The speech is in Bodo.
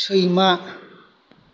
सैमा